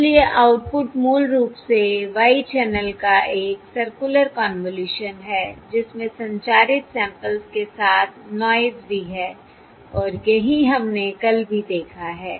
इसलिए आउटपुट मूल रूप से y चैनल का एक सर्कुलर कन्वॉल्यूशन है जिसमें संचरित सैंपल्स के साथ नॉयस भी है और यही हमने कल भी देखा है